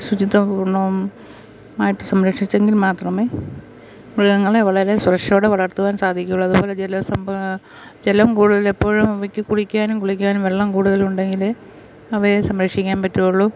ശുചിത്വപൂർണവും ആയിട്ട് സംരക്ഷിച്ചെങ്കിൽ മാത്രമേ മൃഗങ്ങളെ വളരെ സുരക്ഷയോടെ വളർത്തുവാൻ സാധിക്കുകയുള്ളൂ അത്പോലെ ജല സംഭ ജലം കൂടുതല് എപ്പോഴും അവയ്ക്ക് കുടിക്കാനും കുളിക്കാനും വെള്ളം കൂടുതലുണ്ടെങ്കില് അവയെ സംരക്ഷിക്കാൻ പറ്റുകയുള്ളു